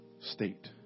state